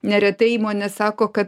neretai įmonės sako kad